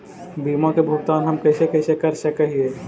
बीमा के भुगतान हम कैसे कैसे कर सक हिय?